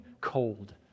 cold